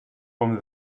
from